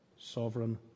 sovereign